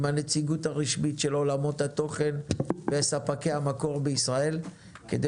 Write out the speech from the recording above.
הנציגות הרשמית של עולמות התוכן וספקי המקור בישראל כדי